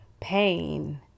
pain